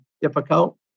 difficult